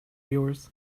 yours